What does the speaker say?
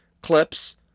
clips